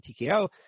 TKO